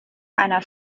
einer